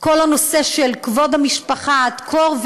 כל הנושא של כבוד המשפחה: דקור,